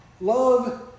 Love